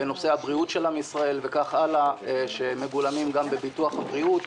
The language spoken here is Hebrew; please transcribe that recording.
ונושא הבריאות של עם ישראל וכך הלאה שמגולמים גם בביטוח הבריאות,